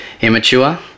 immature